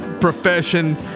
profession